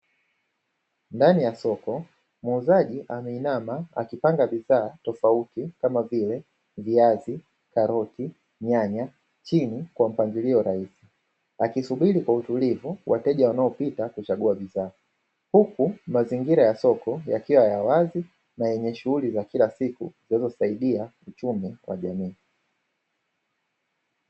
Ndani ya soko muuzaji ameinama akipanga bidhaa tofauti kama vile viazi, karoti, nyanya, chini kwa mpangilio rahisi akisubiri kwa utulivu wateja wanaopita kuchagua bidhaa huku, mazingira ya soko yakiwa ya wazi na yenye shughuli za kila siku zinazosaidia uchumi wa kila siku.